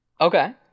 Okay